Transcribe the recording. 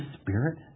Spirit